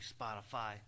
Spotify